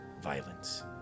violence